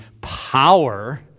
power